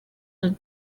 have